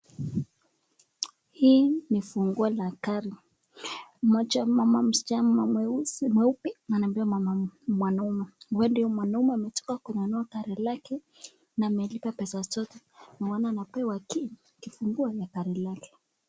Hii ni funguo la gari. Mmoja mama msichana na mweusi mweupe, anapea mwanaume. Huenda huyu mwanaume ametoka kununua gari lake na amelipa pesa zote. Naona anapewa kifunguo la gari lake.